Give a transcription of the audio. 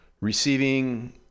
receiving